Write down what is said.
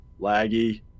laggy